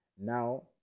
Now